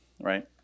right